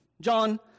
John